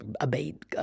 abate